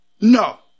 No